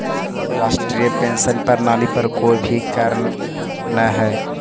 राष्ट्रीय पेंशन प्रणाली पर कोई भी करऽ न हई